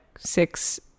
six